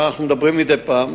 אנחנו מדברים מדי פעם.